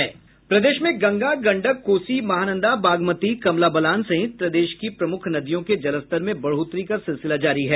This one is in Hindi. प्रदेश में गंगा गंडक कोसी महानंदा बागमती कमला बलान सहित प्रदेश की प्रमुख नदियों के जलस्तर में बढ़ोतरी का सिलसिला जारी है